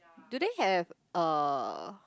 do they have uh